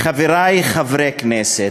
גברתי היושבת-ראש, חברי חברי הכנסת,